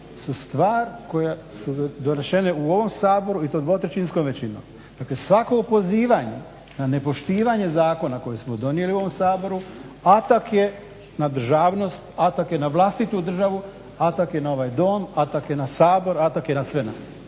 su stvar koja su donesena u ovom Saboru i to dvotrećinskom većinom. Dakle svako opozivanje na nepoštivanje zakona koje smo donijeli u ovom Saboru atak je na državnost, atak je na vlastitu državu, atak je na ovaj dom, atak je na Sabor i atak je na sve nas